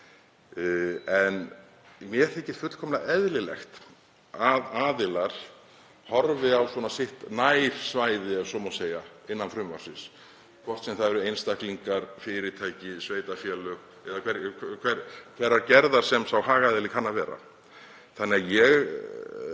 En mér þykir fullkomlega eðlilegt að aðilar horfi á sitt nærsvæði, ef svo má segja, innan frumvarpsins, hvort sem það eru einstaklingar, fyrirtæki, sveitarfélög eða hverrar gerðar sem sá hagaðili kann að vera.